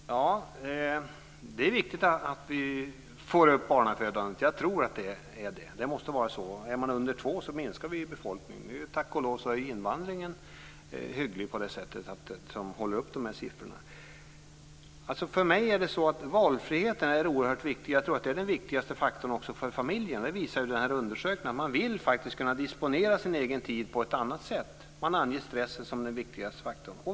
Fru talman! Det är viktigt att vi får upp barnafödandet. Jag tror att det är det. Det måste vara så. Ligger det på under två minskar ju befolkningen. Tack och lov är invandringen hygglig på det sättet att den håller uppe de här siffrorna. För mig är det så att valfriheten är oerhört viktig. Jag tror att det är den viktigaste faktorn också för familjen. Det visar undersökningarna. Man vill faktiskt kunna disponera sin egen tid på ett annat sätt. Man anger stressen som den viktigaste faktorn.